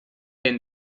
denn